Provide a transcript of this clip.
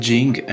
Jing